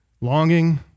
Longing